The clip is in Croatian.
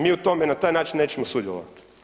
Mi o tome na taj način nećemo sudjelovat.